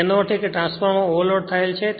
તેનો અર્થ એ કે ટ્રાન્સફોર્મર ઓવરલોડ થયેલ છે